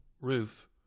Roof